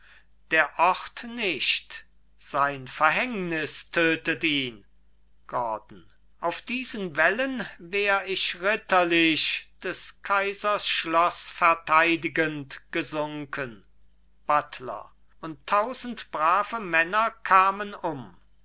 der ort nicht sein verhängnis tötet ihn gordon auf diesen wällen wär ich ritterlich des kaisers schloß verteidigend gesunken buttler und tausend brave männer kamen um